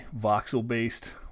voxel-based